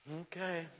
okay